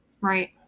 Right